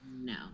no